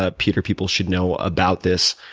ah peter, people should know about this